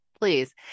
please